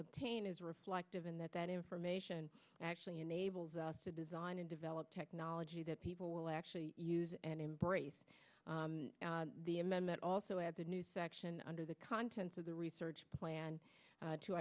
obtained is reflective in that that information actually enables us to design and develop technology that people will actually use and embrace the amendment also at the new section under the contents of the research plan